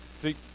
see